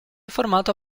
formato